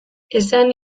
esan